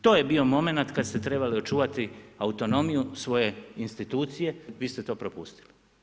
To je bio moment kad ste trebali očuvati autonomiju svoje institucije, a vi ste to propustili.